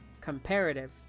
Comparative